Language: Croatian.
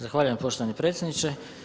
Zahvaljujem poštovani predsjedniče.